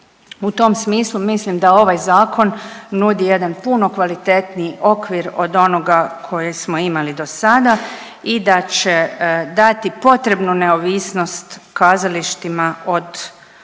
U tom smislu mislim da ovaj zakon nudi jedan puno kvalitetniji okvir od onoga koji smo imali do sada i da će dati potrebnu neovisnost kazalištima od različitih